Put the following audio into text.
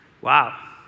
Wow